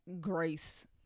grace